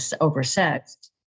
oversexed